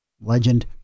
Legend